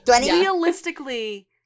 realistically